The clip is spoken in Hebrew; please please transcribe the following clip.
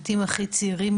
מתים הכי צעירים,